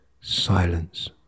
Silence